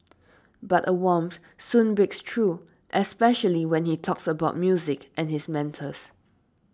but a warmth soon breaks through especially when he talks about music and his mentors